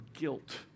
guilt